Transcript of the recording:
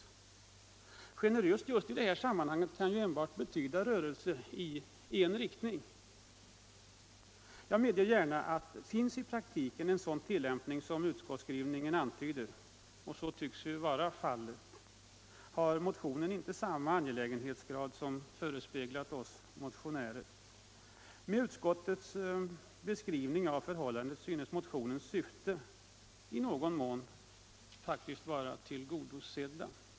Generöst i just det här sammanhanget kan ju enbart betyda rörelser i en riktning. Jag medger gärna att om det i praktiken finns en sådan tillämpning som utskottsskrivningen antyder — och så tycks nu vara fallet — har motionen inte samma angelägenhetsgrad som föresvävat oss motionärer. Med utskottets beskrivning av förhållandet synes motionens syfte i någon mån faktiskt vara tillgodosett.